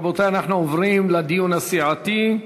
רבותי, אנחנו עוברים לדיון הסיעתי.